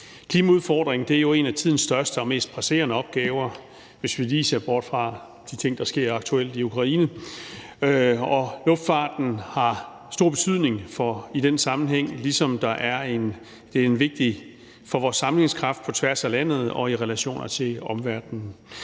Klimaudfordringen er jo en af tidens største og mest presserende opgaver, hvis vi lige ser bort fra de ting, der sker aktuelt i Ukraine, og luftfarten har stor betydning i den sammenhæng, ligesom den er vigtig for vores sammenhængskraft på tværs af landet og i relationer til omverdenen.